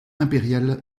impériale